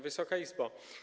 Wysoka Izbo!